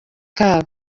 kabo